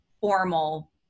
formal